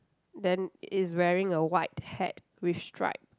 then is wearing a white hat with stripe